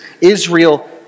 Israel